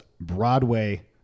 Broadway